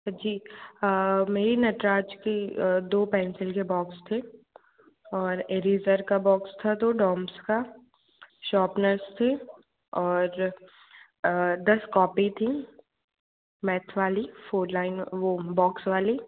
जी मेरी नटराज की दो पेंसिल के बॉक्स थे और इरेज़र का बॉक्स था दो डोम्स का शॉपनर्स थे और दस कॉपी थी मैथ्स वाली फोर लाइन वो बॉक्स वाली